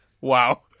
Wow